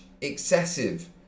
excessive